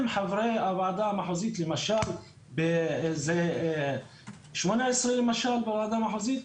אם חברי הוועדה המחוזית למשל באיזה 18 למשל ועדה מחוזית,